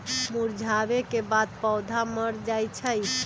मुरझावे के बाद पौधा मर जाई छई